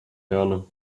herne